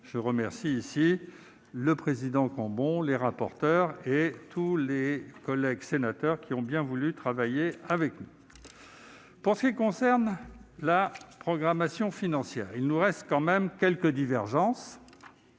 Je remercie le président Cambon, les rapporteurs et tous les collègues qui ont bien voulu travailler avec nous. Pour ce qui concerne la programmation financière, il reste quelques divergences.